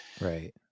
right